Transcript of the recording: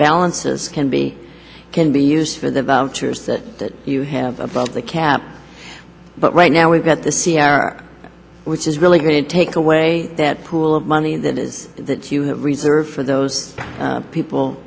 balances can be can be use for the vouchers that you have above the cap but right now we've got the c r which is really going to take away that pool of money that is that you reserved for those people